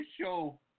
show